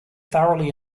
thoroughly